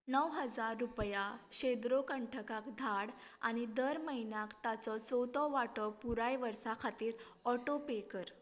णव हजार रुपया शेद्रो कंठकाक धाड आनी दर म्हयन्याक ताचो चवथो वांटो पुराय वर्सा खातीर ऑटो पे कर